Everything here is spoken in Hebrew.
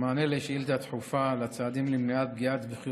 מענה לשאילתה דחופה על הצעדים למניעת פגיעה בזכויות